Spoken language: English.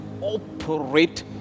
operate